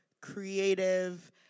creative